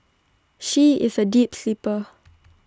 she is A deep sleeper